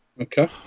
Okay